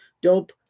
dope